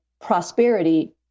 prosperity